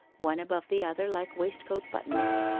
one above the other like waistcoat-buttons,